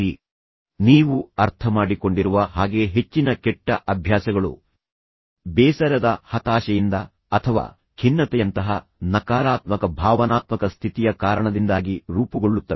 ಆದ್ದರಿಂದ ಅದು ನಿಮಗೆ ಸಹಾಯ ಮಾಡುತ್ತದೆ ನೀವು ಅರ್ಥಮಾಡಿಕೊಂಡಿರುವ ಹಾಗೆ ಹೆಚ್ಚಿನ ಕೆಟ್ಟ ಅಭ್ಯಾಸಗಳು ಬೇಸರದ ಹತಾಶೆಯಿಂದ ಅಥವಾ ಖಿನ್ನತೆಯಂತಹ ನಕಾರಾತ್ಮಕ ಭಾವನಾತ್ಮಕ ಸ್ಥಿತಿಯ ಕಾರಣದಿಂದಾಗಿ ರೂಪುಗೊಳ್ಳುತ್ತವೆ